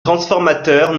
transformateur